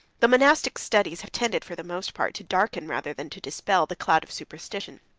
the monastic studies have tended, for the most part, to darken, rather than to dispel, the cloud of superstition.